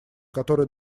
который